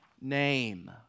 name